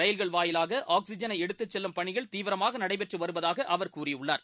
ரயில்கள் வாயிலாக ஆக்ஸிஜனை எடுத்துச்செல்லும் பணிகள் தீவிரமாக நடைபெற்று வருவதாக அவர் கூறியுள்ளார்